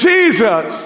Jesus